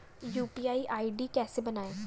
UPI ID कैसे बनाएं?